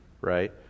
right